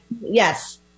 Yes